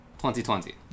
2020